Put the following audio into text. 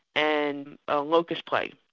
and a locust plague,